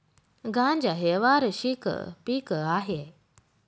गांजा हे वार्षिक पीक आहे